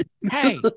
Hey